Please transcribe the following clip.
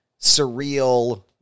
surreal